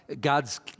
God's